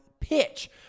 pitch